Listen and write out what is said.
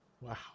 Wow